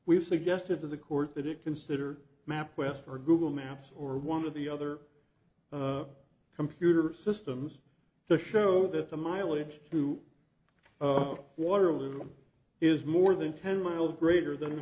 we've suggested to the court that it consider mapquest or google maps or one of the other a computer systems to show that the mileage through of waterloo is more than ten miles greater than the